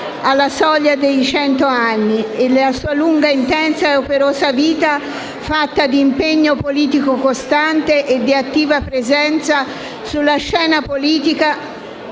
alla soglia dei cento anni, e la sua lunga, intensa e operosa vita, fatta di impegno politico costante e di attiva presenza sulla scena politica...